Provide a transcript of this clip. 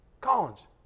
Collins